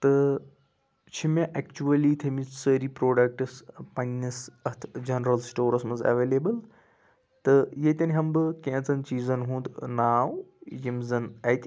تہٕ چھِ مےٚ ایٚکچُؤلی تھٔمٕتۍ سٲری پرٛوڈَکٹٕس پننِس اَتھ جَنرَل سٹورَس منٛز ایٚولیبٕل تہٕ ییٚتیٚن ہیٚمہٕ بہٕ کینٛژَن چیٖزَن ہُنٛد ناو یِم زَن اَتہِ